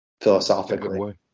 Philosophically